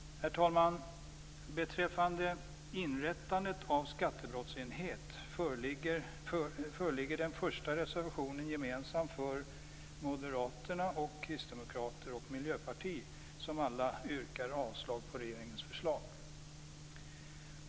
Herr talman! Beträffande inrättandet av skattebrottsenhet föreligger den första reservationen gemensam för Moderaterna, Kristdemokraterna och Miljöpartiet, som alla yrkar avslag på regeringens förslag.